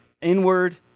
Inward